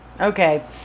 okay